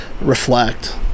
reflect